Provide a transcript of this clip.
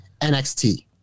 NXT